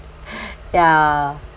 ya